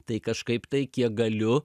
tai kažkaip tai kiek galiu